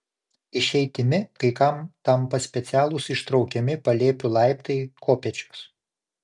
išeitimi kai kam tampa specialūs ištraukiami palėpių laiptai kopėčios